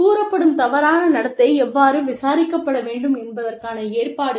கூறப்படும் தவறான நடத்தை எவ்வாறு விசாரிக்கப்பட வேண்டும் என்பதற்கான ஏற்பாடுகள்